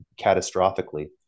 catastrophically